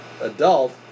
adult